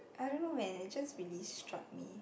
I don't know man it just really strike me